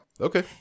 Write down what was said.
Okay